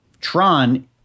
Tron